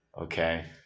Okay